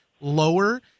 lower